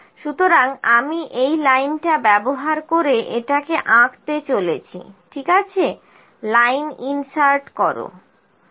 সুতরাং আমি এই লাইনটা ব্যবহার করে এটাকে আঁকতে চলেছি ঠিক আছে লাইন ইনসার্ট করো